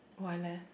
why leh